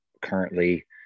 currently